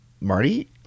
Marty